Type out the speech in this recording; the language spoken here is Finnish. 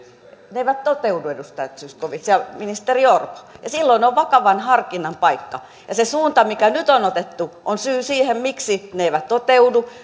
ne eivät toteudu edustaja zyskowicz ja ministeri orpo ja silloin on vakavan harkinnan paikka ja se suunta mikä nyt on otettu on syy siihen miksi ne eivät toteudu